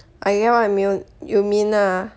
I get what you mew~ you mean ah